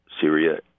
Syria